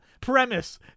premise